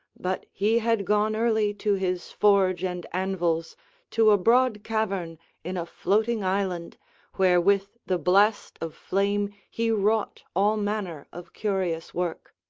but he had gone early to his forge and anvils to a broad cavern in a floating island where with the blast of flame he wrought all manner of curious work